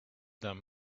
them